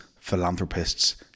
philanthropists